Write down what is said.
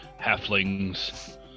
halflings